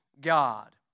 God